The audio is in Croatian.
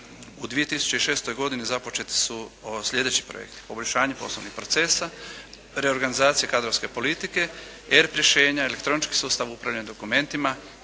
u 2006. godini započeti su sljedeći projekti: poboljšanje poslovnih procesa, reorganizacija kadrovske politike, erp rješenja, elektronički sustav upravljanja dokumentima